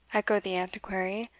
echoed the antiquary,